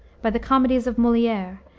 by the comedies of moliere,